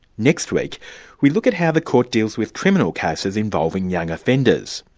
next week we look at how the court deals with criminal cases involving young offenders.